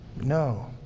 No